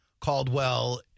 Caldwell